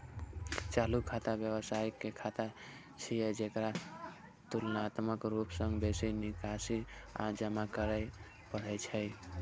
चालू खाता व्यवसायी के खाता छियै, जेकरा तुलनात्मक रूप सं बेसी निकासी आ जमा करै पड़ै छै